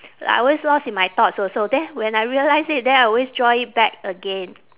I always lost in my thoughts also then when I realise it then I always draw it back again